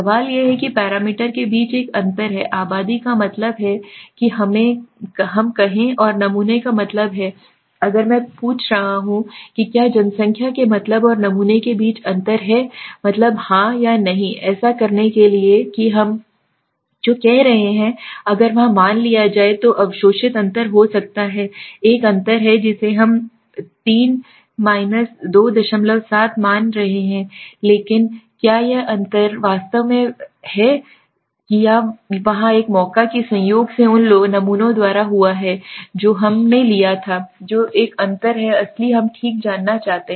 सवाल यह है कि पैरामीटर के बीच एक अंतर है आबादी का मतलब है कि हम कहें और नमूना का मतलब है अगर मैं पूछ रहा हूं कि क्या जनसंख्या के मतलब और नमूने के बीच अंतर है मतलब हां या नहीं ऐसा करने के लिए कि हम जो कह रहे हैं अगर वहां मान लिया जाए तो अवशोषित अंतर हो सकता है एक अंतर है जिसे हम 3 2 7 मान रहे हैं लेकिन क्या यह अंतर वास्तव में वास्तव में है अंतर या यह है कि वहाँ एक मौका है कि संयोग से यह उन नमूनों द्वारा हुआ है जो हम हैं लिया तो एक अंतर है असली हम ठीक जांचना चाहते हैं